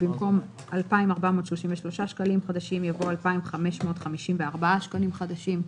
במקום "2,433 שקלים חדשים" יבוא "2,554 שקלים חדשים".